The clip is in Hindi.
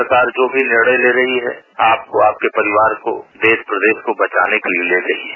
सरकार जो भी निर्णय ले रही है आपको आपके परिवार को देश प्रदेश को बचाने के लिये ले रही है